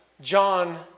John